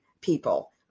people